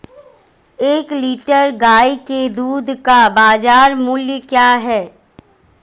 एक लीटर गाय के दूध का बाज़ार मूल्य क्या है?